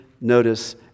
notice